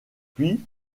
puis